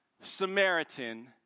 Samaritan